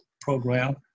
program